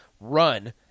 run